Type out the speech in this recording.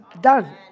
Done